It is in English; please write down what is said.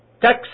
text